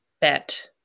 bet